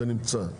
זה נמצא.